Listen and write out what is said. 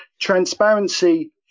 transparency